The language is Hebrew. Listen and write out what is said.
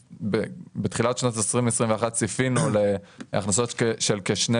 בתחילת שנת 2021 צפינו להכנסות של כ-2